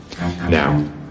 Now